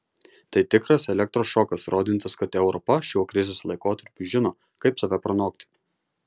tai tikras elektros šokas rodantis kad europa šiuo krizės laikotarpiu žino kaip save pranokti